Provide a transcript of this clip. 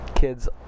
kids